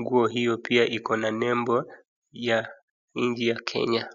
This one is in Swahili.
.Nguo hiyo pia iko na nembo ya nchi ya Kenya.